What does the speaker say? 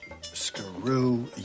Screw